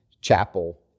chapel